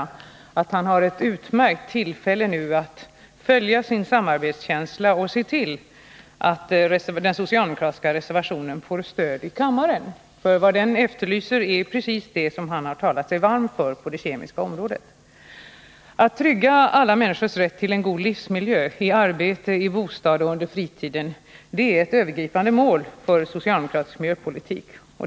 Jag vill då bara säga att Anders Gernandt nu har ett utmärkt tillfälle att visa sin samarbetskänsla och se till att den socialdemokratiska reservationen får stöd i kammaren, för vad som efterlyses i den reservationen är precis det som Anders Gernandt talat sig varm för på det kemiska området. Att trygga alla människors rätt till en god livsmiljö — i arbetet, i bostaden, under fritiden — är ett övergripande mål för socialdemokratisk miljöpolitik.